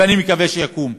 ואני מקווה שיקום,